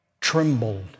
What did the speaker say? trembled